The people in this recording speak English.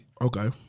Okay